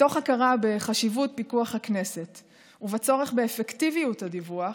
מתוך הכרה בחשיבות פיקוח הכנסת ובצורך באפקטיביות הדיווח,